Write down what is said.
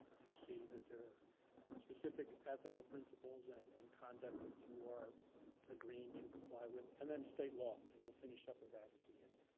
you see that there are specific ethical principals and and conduct that you are agreeing to comply with. and then, state law, and we'll finish up with that at the end.